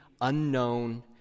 unknown